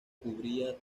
cubría